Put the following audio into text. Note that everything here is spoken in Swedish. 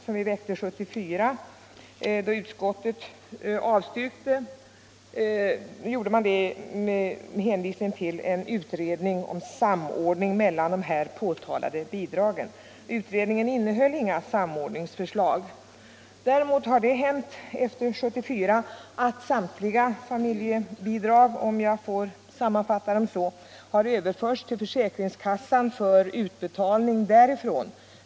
När vi väckte detta förslag 1974, avstyrkte utskottet med hänvisning till en utredning om samordning mellan dessa påtalade bidrag. Men utredningen innehöll sedermera inget samordningsförslag. Däremot har det hänt efter 1974 att samtliga familjebidrag — om jag får sammanfatta dem så — överförts till försäkringskassan och utbetalas därifrån.